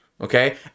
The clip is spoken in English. okay